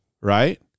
right